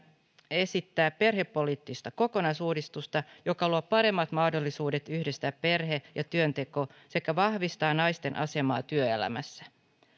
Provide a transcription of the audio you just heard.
esittää perhepoliittista kokonaisuudistusta joka luo paremmat mahdollisuudet yhdistää perhe ja työnteko sekä vahvistaa naisten asemaa työelämässä